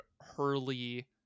Hurley